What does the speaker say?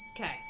Okay